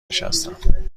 نشستم